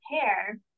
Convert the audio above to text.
care